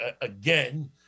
again